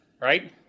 right